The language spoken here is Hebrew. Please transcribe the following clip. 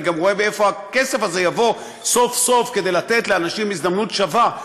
אני גם רואה מאיפה הכסף הזה יבוא סוף-סוף כדי לתת לאנשים הזדמנות שווה.